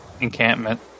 encampment